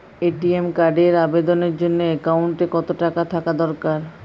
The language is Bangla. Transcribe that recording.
এ.টি.এম কার্ডের আবেদনের জন্য অ্যাকাউন্টে কতো টাকা থাকা দরকার?